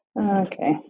Okay